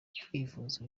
kwivuza